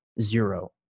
Zero